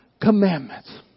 commandments